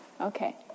Okay